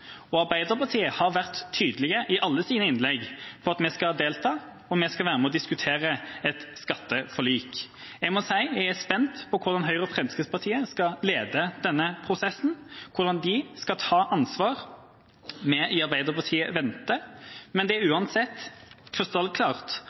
invitasjon. Arbeiderpartiet har vært tydelig i alle sine innlegg på at vi skal delta, og vi skal være med og diskutere et skatteforlik. Jeg må si jeg er spent på hvordan Høyre og Fremskrittspartiet skal lede denne prosessen, hvordan de skal ta ansvar. Vi i Arbeiderpartiet venter, men det er uansett